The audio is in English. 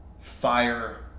fire